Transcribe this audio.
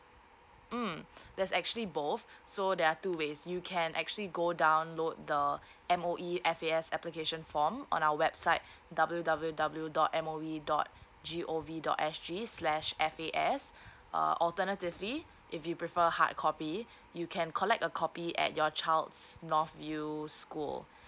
mm there's actually both so there are two ways you can actually go download the M_O_E F_A_S application form on our website W W W dot M O E dot G O V dot S G slash F A S uh alternatively if you prefer hard copy you can collect a copy at your child's north view school